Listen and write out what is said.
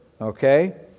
Okay